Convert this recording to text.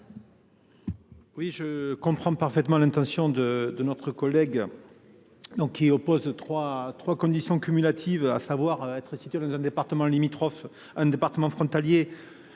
Oui, je comprends parfaitement l'intention de de notre collègue. Donc qui oppose deux 3 3 conditions cumulatives, à savoir être cité dans un département limitrophe un département frontalier